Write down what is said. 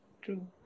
true